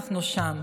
בשביל זה אנחנו שם.